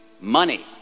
money